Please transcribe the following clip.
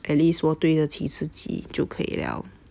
at least 我对得起自己就可以了